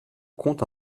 compte